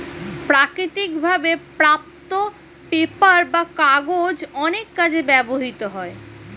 প্রাকৃতিক ভাবে প্রাপ্ত পেপার বা কাগজ অনেক কাজে ব্যবহৃত হয়